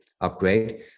Upgrade